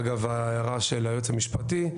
אגב ההערה של היועץ המשפטי,